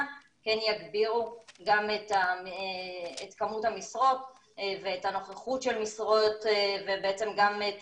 כן יגבירו גם את כמות המשרות ואת הנוכחות של משרות וגם את